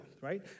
right